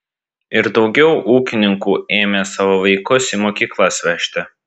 ir daugiau ūkininkų ėmė savo vaikus į mokyklas vežti